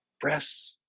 breasts